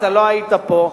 אתה לא היית פה,